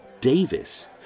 Davis